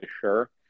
sure